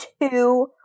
two